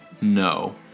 No